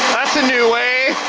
that's a new way.